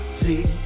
see